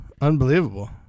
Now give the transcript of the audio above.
Unbelievable